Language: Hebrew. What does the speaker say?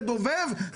בדוב"ב,